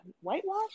Whitewash